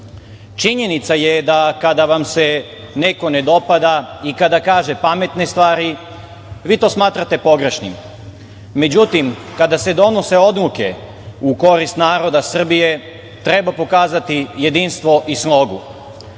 Činjenica je da kada vam se neko ne dopada i kada kaže pametne stvari vi to smatrate pogrešnim. Međutim, kada se donose odluke u korist naroda Srbije, treba pokazati jedinstvo i slogu,